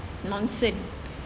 nonsense